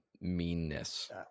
meanness